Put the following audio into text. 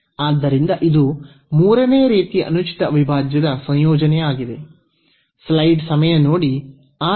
ಆದ್ದರಿಂದ ಇದು ಮೂರನೇ ರೀತಿಯ ಅನುಚಿತ ಅವಿಭಾಜ್ಯದ ಸಂಯೋಜನೆಯಾಗಿದೆ